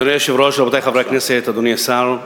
אדוני היושב-ראש, רבותי חברי הכנסת, אדוני השר,